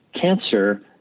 cancer